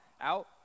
out